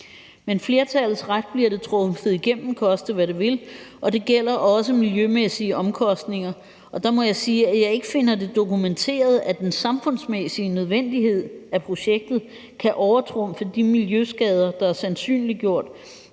Med flertallets ret bliver det trumfet igennem, koste hvad det vil, og det gælder også miljømæssige omkostninger, og der må jeg sige, at jeg ikke finder det dokumenteret, at den samfundsmæssige nødvendighed af projektet kan overtrumfe de miljøskader, der er sandsynliggjort,